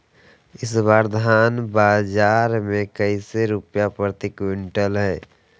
इस बार धान बाजार मे कैसे रुपए प्रति क्विंटल है?